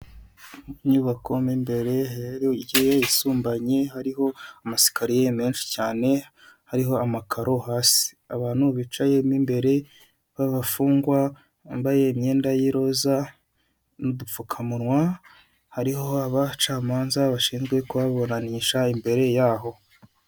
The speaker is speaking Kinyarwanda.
Inyubako mo imbere isumbanye, hariho amasikariye menshi cyane hariho amakaro hasi. Abantu bicayemo imbere babafungwa (Abagororwa) bambaye imyenda y 'iroza, n'udupfukamunwa. Hariho abacamanza bashinzwe kubaburanisha imbere yaho.